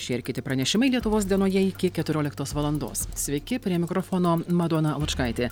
šie ir kiti pranešimai lietuvos dienoje iki keturioliktos valandos sveiki prie mikrofono madona lučkaitė